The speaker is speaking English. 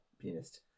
pianist